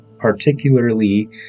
particularly